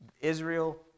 Israel